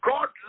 God